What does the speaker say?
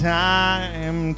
time